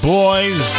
boys